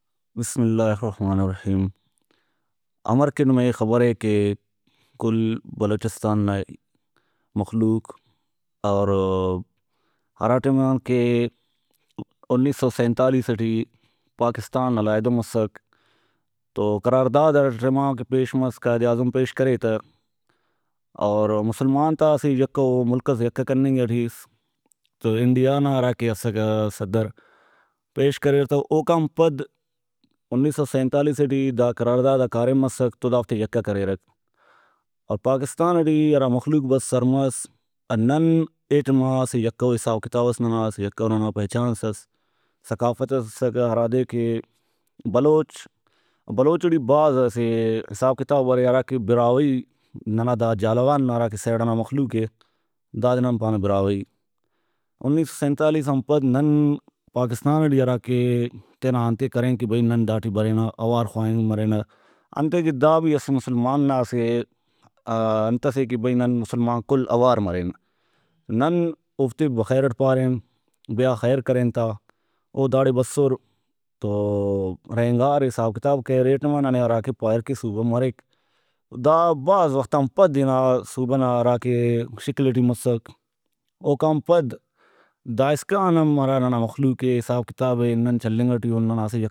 بسم اللہ الرحمن الرحیم امر کہ نمے خبرے کہ کل بلوچستان نا مخلوق اور ہرا ٹائمان کہ 1947ٹی پاکستان علیحدہ مسک تو قرارداد ہرا ٹائما کہ پیش مس قائد اعظم پیش کرے تہ اور مسلمان تا اسہ یکہ او مُلک ئس یکہ کننگ ٹی اس تو انڈیا نا ہراکہ اسکہ صدر پیش کریر تہ اوکان پد 1947ٹی دا قرارداد کاریم مسک تو دافتے یکہ کریرک اور پاکستان ٹی ہرا مخلوق بس سر مس نن اے ٹائما اسہ یکہ او حساب کتابس ننا اس یکہ او ننا پہچانس اس ثقافت ئس اسکہ ہرادے کہ بلوچ بلوچ ٹی بھاز اسہ حساب کتاب ارے ہراکہ براہوئی ننا دا جہلاوان نا ہراکہ سیڈ ئنا مخلوقے دادے نن پانہ براہوئی۔1947آن پد نن پاکستان ٹی ہراکہ تینا انتے کرین کہ بھئی نن دا ٹی برینہ اوار خواننگ مرینہ انتئے کہ دا بھی اسہ مسلمان نا اسہ انت سے کہ بھئی نن مسلمانک کل اوار مرین۔ نن اوفتے بخیرٹ پارین بیاخیر کرین تا او داڑے بسر تو رہینگار حساب کتاب کریر اے ٹائما ننے ہراکہ پاریر کہ صوبہ مریک دا بھاز وختان پد ہنا صوبہ نا ہراکہ شکل ٹی مسک اوکان پد دائسکان ہم ہرا ننا مخلوقے حسابے نن چلینگ ٹی اُن ننا اسہ یک